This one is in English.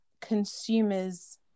consumers